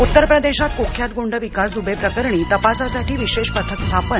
उत्तरप्रदेशात कुख्यात गुंड विकास दुबे प्रकरणी तपासासाठी विशेष पथक स्थापन